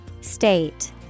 state